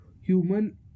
human